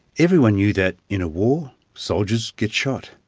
everyone knew that, in a war, soldiers get shot.